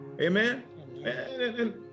amen